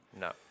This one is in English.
No